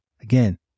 Again